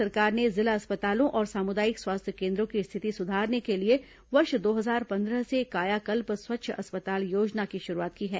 केन्द्र सरकार ने जिला अस्पतालों और सामुदायिक स्वास्थ्य केन्द्रों की स्थिति सुधारने के लिए वर्ष दो हजार पंद्रह से कायाकल्प स्वच्छ अस्पताल योजना की शुरूआत की है